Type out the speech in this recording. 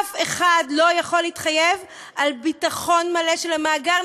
אף אחד לא יכול להתחייב על ביטחון מלא של המאגר,